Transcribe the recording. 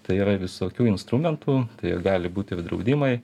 tai yra visokių instrumentų tai gali būt ir draudimai